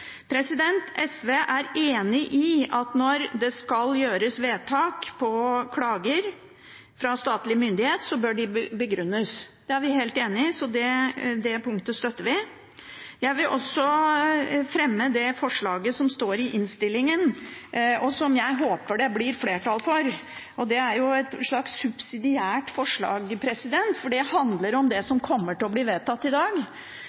SV er enig i at når det skal gjøres vedtak på klager fra statlig myndighet, bør de begrunnes. Der er vi helt enige, så det punktet støtter vi. Jeg vil også fremme det forslaget som står i innstillingen, og som jeg håper det blir flertall for. Det er et slags subsidiært forslag, for det handler om det som kommer til å bli vedtatt i dag,